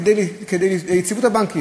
כדי לשמור על יציבות הבנקים.